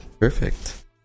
perfect